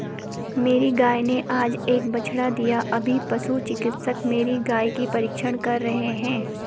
मेरी गाय ने आज एक बछड़ा दिया अभी पशु चिकित्सक मेरी गाय की परीक्षण कर रहे हैं